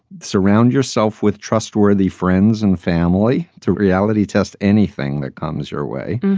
surround yourself with trustworthy friends and family to reality tests. anything that comes your way.